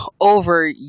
over